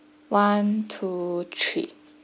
one two three